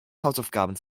hausaufgaben